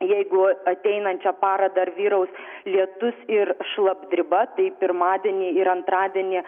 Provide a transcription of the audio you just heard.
jeigu ateinančią parą dar vyraus lietus ir šlapdriba tai pirmadienį ir antradienį